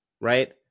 right